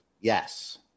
Yes